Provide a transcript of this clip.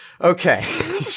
Okay